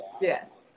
yes